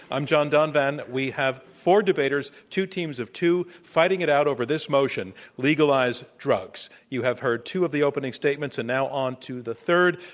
i'm john donvan. we have four debaters, two teams of two, fighting it out over this motion, legalize drugs. you have heard two of the opening statements, and now on to the third,